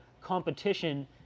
competition